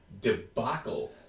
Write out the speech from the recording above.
debacle